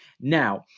Now